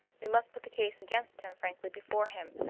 we must put the case against him frankly before him,